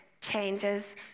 changes